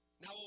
Now